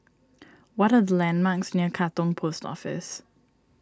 what are the landmarks near Katong Post Office